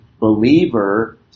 believer